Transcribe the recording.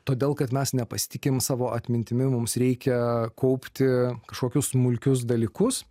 todėl kad mes nepasitikim savo atmintimi mums reikia kaupti kažkokius smulkius dalykus